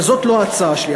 אבל זאת לא ההצעה שלי.